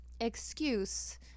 excuse